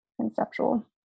conceptual